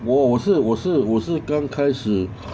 我是我是我是刚开始